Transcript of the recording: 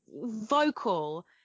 vocal